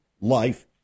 life